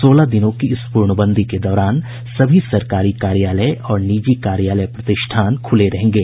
सोलह दिनों की इस पूर्णबंदी के दौरान सभी सरकारी कार्यालय और निजी कार्यालय प्रतिष्ठान खुले रहेंगे